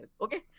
Okay